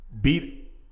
beat